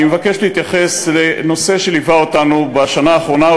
אני מבקש להתייחס לנושא שליווה אותנו בשנה האחרונה,